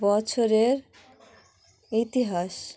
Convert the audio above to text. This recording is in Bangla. বছরের ইতিহাস